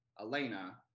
Elena